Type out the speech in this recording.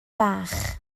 bach